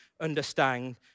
understand